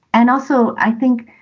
and also, i think,